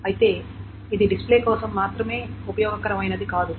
అయితే ఇది డిస్ప్లే కోసం మాత్రమే ఉపయోగకరమైనది కాదు